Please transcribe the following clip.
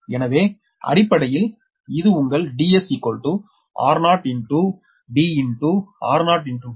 எனவே அடிப்படையில் இது உங்கள் Ds r0 d r0 d14